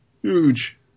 huge